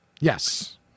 yes